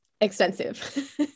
extensive